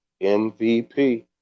MVP